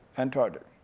antarctic.